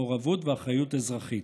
מעורבות ואחריות אזרחית.